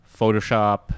photoshop